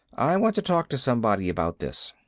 i want to talk to somebody about this.